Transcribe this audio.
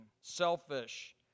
selfish